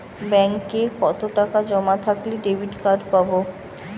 ব্যাঙ্কে কতটাকা জমা থাকলে ডেবিটকার্ড পাব?